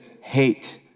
hate